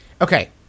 Okay